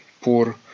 poor